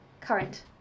current